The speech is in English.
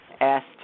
Asked